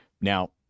Now